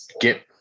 get